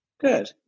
good